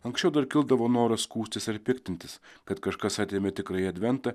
anksčiau dar kildavo noras skųstis ar piktintis kad kažkas atėmė tikrąjį adventą